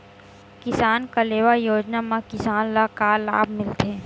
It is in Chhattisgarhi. किसान कलेवा योजना म किसान ल का लाभ मिलथे?